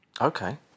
Okay